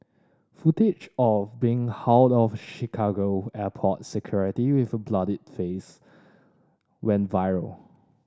footage of being hauled off Chicago airport security with a bloodied face went viral